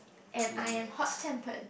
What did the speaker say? and I am hot tempered